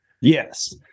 Yes